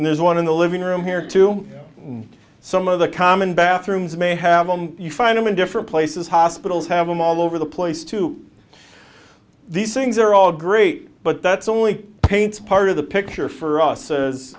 and there's one in the living room here to some of the common bathrooms may have them you find them in different places hospitals have them all over the place to these things are all great but that's only paints part of the picture for